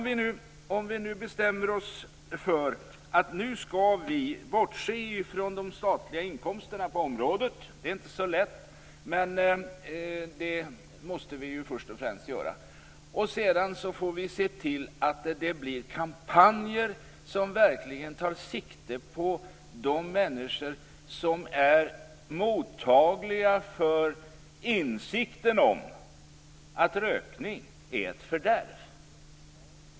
Vi bör bestämma oss för att vi nu ska bortse från de statliga inkomsterna på området - det är inte så lätt - och sedan se till att det blir kampanjer som verkligen tar sikte på de människor som är mottagliga för insikten om att rökning är ett fördärv.